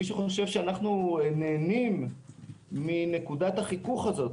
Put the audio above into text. מי שחושב שאנו נהנים מנקודת החיכוך הזו,